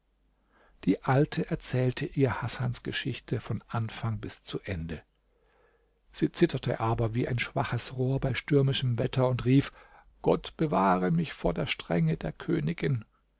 die alte erzählte ihr hasans geschichte von anfang bis zu ende sie zitterte aber wie ein schwaches rohr bei stürmischem wetter und rief gott bewahre mich vor der strenge der königin